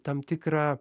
tam tikrą